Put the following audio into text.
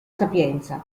sapienza